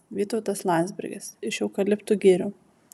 vytautas landsbergis iš eukaliptų girių